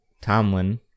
Tomlin